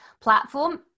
platform